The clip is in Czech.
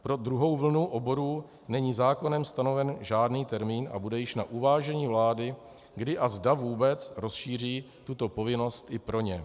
Pro druhou vlnu oborů není zákonem stanoven žádný termín a bude již na uvážení vlády, kdy a zda vůbec rozšíří tuto povinnost i pro ně.